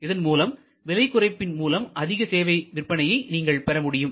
இதன் மூலம் விலை குறைப்பின் மூலம் அதிக சேவை விற்பனையை நீங்கள் பெற முடியும்